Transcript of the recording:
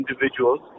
individuals